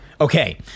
okay